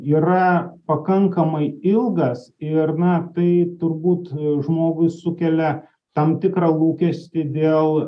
yra pakankamai ilgas ir na tai turbūt žmogui sukelia tam tikrą lūkestį dėl